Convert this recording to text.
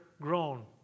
grown